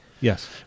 Yes